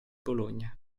bologna